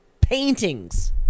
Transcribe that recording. paintings